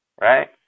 right